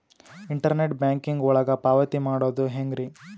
Internet banking ಒಳಗ ಪಾವತಿ ಮಾಡೋದು ಹೆಂಗ್ರಿ?